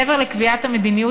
מעבר לקביעת המדיניות,